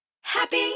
Happy